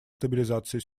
стабилизации